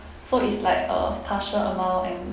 so is like a partial amount and